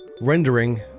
rendering